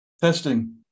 Testing